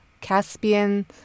Caspian